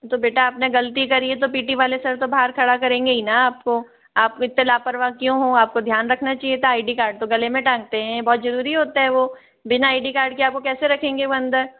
तो बेटा आपने गलती करी है तो पी टी वाले सर तो बाहर खड़ा करेंगे ही न आपको आप इतने लापरवाह क्यों हो आपको ध्यान रखना चाहिए था आई डी कार्ड तो गले में टाँगते है बहुत जरूरी होता है वो बिना आई डी कार्ड के आपको कैसे रखेंगे वो अंदर